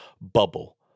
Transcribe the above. bubble